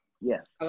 yes